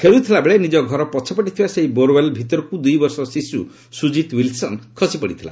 ଖେଳୁଥିଲା ବେଳେ ନିଜ ଘର ପଛପଟେ ଥିବା ସେହି ବୋର୍ୱେଲ୍ ଭିତରକୁ ଦୁଇ ବର୍ଷର ଶିଶୁ ସ୍କଜିତ୍ ୱିଲସନ୍ ଖସିପଡ଼ିଥିଲା